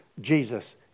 Jesus